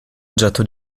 oggetto